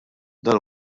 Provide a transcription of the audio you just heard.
dan